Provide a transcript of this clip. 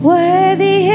Worthy